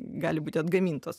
gali būti atgamintos